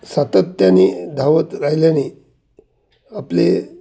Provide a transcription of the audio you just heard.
सातत्याने धावत राहिल्याने आपले